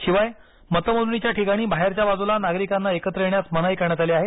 शिवाय मतमोजणीच्या ठिकाणी बाहेरच्या बाजूला नागरिकांना एकत्र येण्यास मनाई करण्यात आली आहे